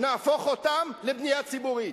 נהפוך אותן לבנייה ציבורית,